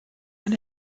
ein